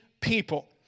people